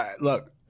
Look